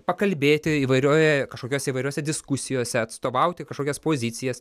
pakalbėti įvairioje kažkokios įvairiose diskusijose atstovauti kažkokias pozicijas